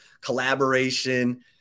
collaboration